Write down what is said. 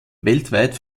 weltweit